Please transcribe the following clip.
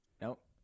Nope